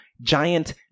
giant